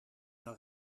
zou